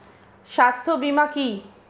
স্বাস্থ্য বীমা কি?